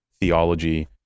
theology